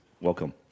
Welcome